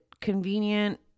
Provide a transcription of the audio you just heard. convenient